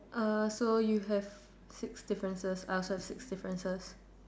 err so you have six differences I also have six differences